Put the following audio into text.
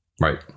Right